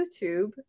YouTube